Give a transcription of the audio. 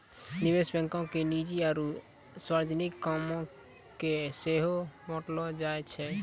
निवेश बैंको के निजी आरु सार्वजनिक कामो के सेहो बांटलो जाय छै